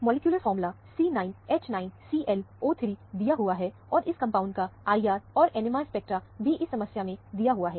molecular formula C9H9ClO3 दिया हुआ है और इस कंपाउंड का IR और NMR स्पेक्ट्रा भी इस समस्या में दिया हुआ है